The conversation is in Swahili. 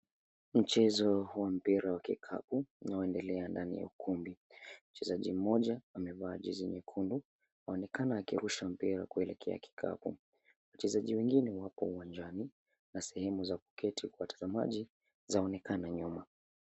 Mchezo wa mpira wa kikapu unaoendelea ndani ya ukumbi. Mchezaji mmoja amevaa jezi nyekundu. Aonekana akirusha mpira kuelekea upande wa kikapu. Wachezaji wengine wako uwanjani na sehemu za kuketi za watazamaji zaonekana nyuma.